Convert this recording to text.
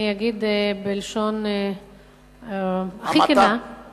אגיד בלשון הכי כנה, המעטה.